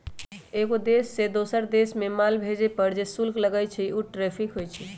एगो देश से दोसर देश मे माल भेजे पर जे शुल्क लगई छई उ टैरिफ होई छई